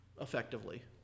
effectively